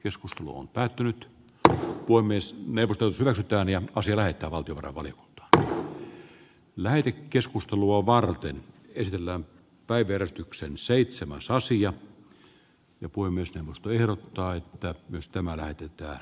joskus luun päätynyt tähän voi myös neuvotelsivät ääniä on sillä että nämä oecdnkin tavoitteet tässä saavutettaisiin ja pui myös pelottaa että jos tämä näytettyä